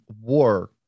war